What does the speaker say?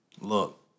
Look